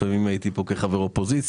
לפעמים הייתי פה כחבר אופוזיציה,